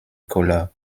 colour